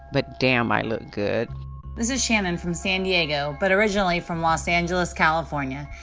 but, damn, i look good this is shannon from san diego but originally from los angeles, calif, um yeah